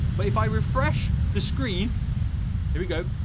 but if i refresh the screen here we go,